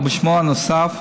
או בשמו הנוסף: